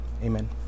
Amen